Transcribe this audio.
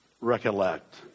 recollect